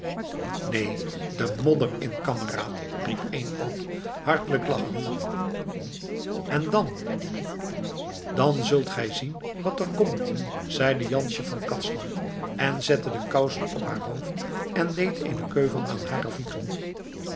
neen de modder in kameraad riep eenoog hartelijk lachend en dan dan zult gij zien wat er komt zei jansje van cadsand en ze zette de kousen op haar hoofd en deed eene keuvel aan hare voeten